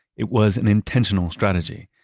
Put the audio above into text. it was an intentional strategy.